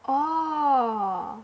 orh